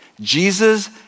Jesus